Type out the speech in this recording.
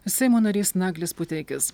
seimo narys naglis puteikis